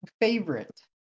favorite